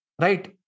right